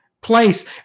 place